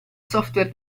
software